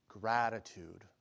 gratitude